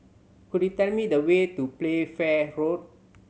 could you tell me the way to Playfair Road